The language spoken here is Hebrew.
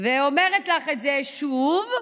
לא מה שהוא אמר.